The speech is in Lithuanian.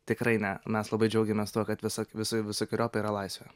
tikrai na mes labai džiaugiamės tuo kad viso visok visokeriopai yra laisvė